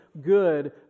good